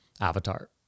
Avatar